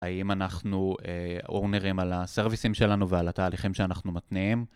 האם אנחנו owner-ים על הסרוויסים שלנו ועל התהליכים שאנחנו מתניעים?